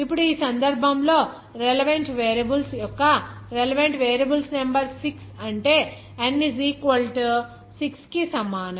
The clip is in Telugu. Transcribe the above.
ఇప్పుడు ఈ సందర్భంలో రెలెవంట్ వేరియబుల్స్ యొక్క రెలెవంట్ వేరియబుల్స్ నెంబర్ 6 అంటే n 6 కి సమానం